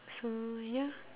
so ya